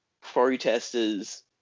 protesters